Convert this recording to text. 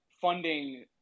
funding